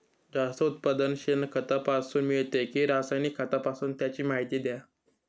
जास्त उत्पादन शेणखतापासून मिळते कि रासायनिक खतापासून? त्याची माहिती द्या